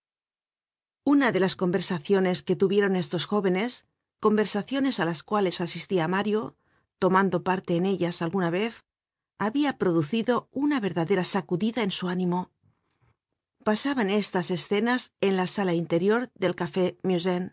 una de las conversaciones que tuvieron estos jóvenes conversaciones á las cuales asistia mario tomando parte en ellas alguna vez habia producido una verdadera sacudida en su ánimo pasaban estas escenas en la sala interior del café